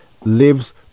lives